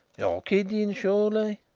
you're kidding surely.